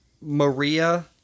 Maria